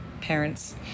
parents